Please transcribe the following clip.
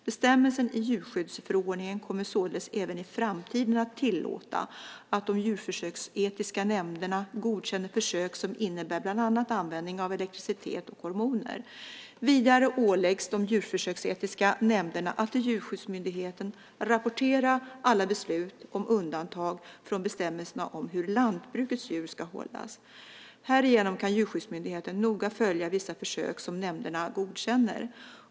Bestämmelsen i djurskyddsförordningen kommer således även i framtiden att tillåta att de djurförsöksetiska nämnderna godkänner försök som innebär bland annat användning av elektricitet och hormoner. Vidare åläggs de djurförsöksetiska nämnderna att till Djurskyddsmyndigheten rapportera alla beslut om undantag från bestämmelserna om hur lantbrukets djur ska hållas. Härigenom kan Djurskyddsmyndigheten noga följa vilka försök som nämnderna godkänner.